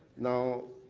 now,